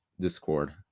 discord